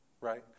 right